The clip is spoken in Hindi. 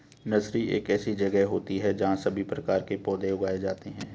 नर्सरी एक ऐसी जगह होती है जहां सभी प्रकार के पौधे उगाए जाते हैं